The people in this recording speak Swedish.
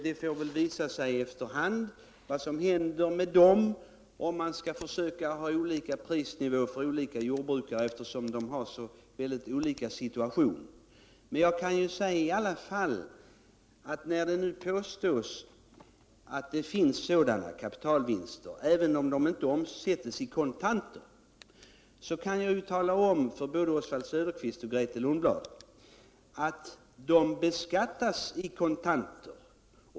Det får väl visa sig efter hand vad som händer med dem och om vi skall försöka ha olika prisnivå för olika jordbrukare, eftersom deras situation är så väldigt olika. När det nu påstås att jordbrukarna gör stora kapitalvinster, även om de inte omsätts I kontanter, kan jag tala om för både Oswald Söderqvist och Grethe Lundblad att när det gäller beskattningen så är det fråga om kontanter.